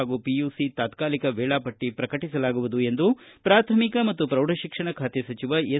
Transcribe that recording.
ಹಾಗೂ ಪಿಯುಸಿ ತಾತ್ನಾಲಿಕ ವೇಳಾಪಟ್ಷಿ ಪ್ರಕಟಿಸಲಾಗುವುದು ಎಂದು ಪ್ರಾಥಮಿಕ ಮತ್ತು ಪ್ರೌಢಶಿಕ್ಷಣ ಖಾತೆ ಸಚಿವ ಎಸ್